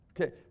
Okay